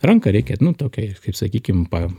ranką reikia nu tokia ji kaip sakykim pa